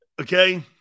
Okay